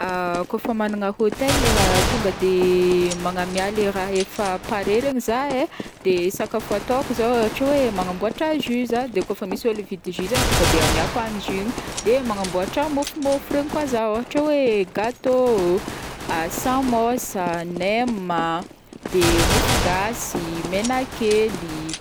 Kaofa magnana hotel leha tonga de magnamia le raha tonga de paré regny za e, de sakafo ataoko zao ôhatra hoe magnamboatra jus zaho de kaofa misy ôlo ividy jus zegny tonga de amiako agny jus igny, de manamboatra mofomofo regny koa zaho, ôhatra hoe gateau, samosa, nem a de mofogasy i, menakely.